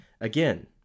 Again